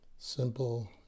Simple